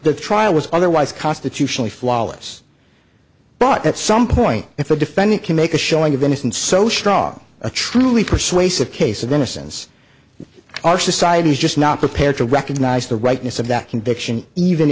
trial was otherwise constitutionally flawless but at some point if the defendant can make a showing of innocence so srong a truly persuasive case of innocence our society is just not prepared to recognize the rightness of that conviction even